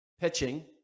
Pitching